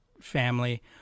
family